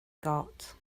got